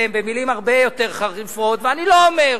עליהם מלים הרבה יותר חריפות ואני לא אומר,